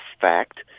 fact